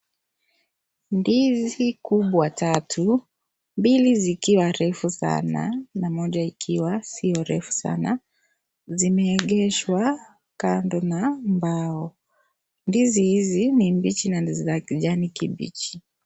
Ndizi kubwa tatu, mbili zikiwa refu sana na moja ikiwa sio refu sana zimeegeshwa kando na mbao, ndizi hizi ni mbichi na ni za kijani kibichi.